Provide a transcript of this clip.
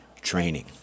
training